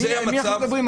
על מי אנחנו מדברים?